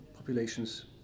Populations